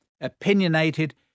opinionated